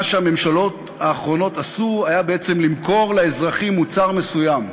מה שהממשלות האחרונות עשו היה בעצם למכור לאזרחים מוצר מסוים,